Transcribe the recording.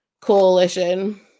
Coalition